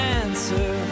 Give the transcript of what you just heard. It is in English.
answer